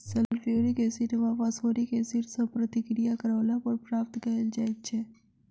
sulphuric acid वा phosphoric acid सॅ प्रतिक्रिया करौला पर प्राप्त कयल जाइत छै